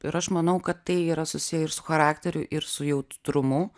ir aš manau kad tai yra susiję ir su charakteriu ir su jautrumu